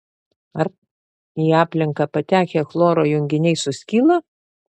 ar į aplinką patekę chloro junginiai suskyla